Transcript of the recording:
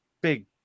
big